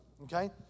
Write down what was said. Okay